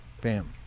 Bam